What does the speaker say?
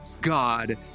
God